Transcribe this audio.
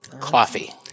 Coffee